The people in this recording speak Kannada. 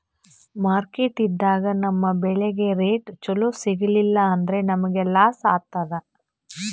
ಮಾರ್ಕೆಟ್ದಾಗ್ ನಮ್ ಬೆಳಿಗ್ ರೇಟ್ ಚೊಲೋ ಸಿಗಲಿಲ್ಲ ಅಂದ್ರ ನಮಗ ಲಾಸ್ ಆತದ್